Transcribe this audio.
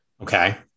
Okay